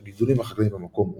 הגידולים החקלאיים במקום הופסקו,